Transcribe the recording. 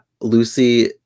Lucy